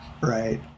Right